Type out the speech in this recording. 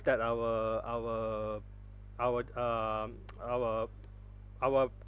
that our our our um our our